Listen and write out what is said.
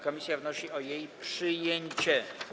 Komisja wnosi o jej przyjęcie.